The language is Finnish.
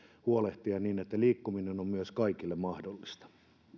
huolehtia siitä että liikkuminen on on kaikille mahdollista